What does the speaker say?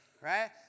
Right